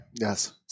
Yes